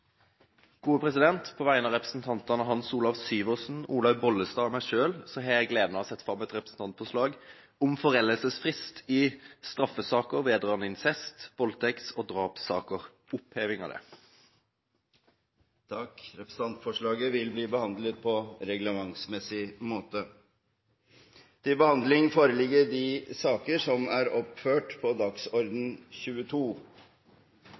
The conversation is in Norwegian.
På vegne av representantene Hans Olav Syversen, Olaug V. Bollestad og meg selv har jeg gleden av å sette fram et representantforslag om oppheving av foreldelsesfrist i straffesaker vedrørende incest, voldtekt og drapssaker. Forslaget vil bli behandlet på reglementsmessig måte. Etter ønske fra arbeids- og sosialkomiteen vil presidenten foreslå at debatten blir begrenset til